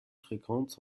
fréquente